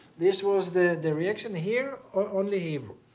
this was the the reaction. here, only hebrew.